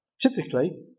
Typically